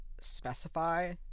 specify